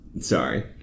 Sorry